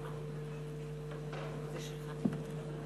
(חותם על ההצהרה)